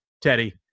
Teddy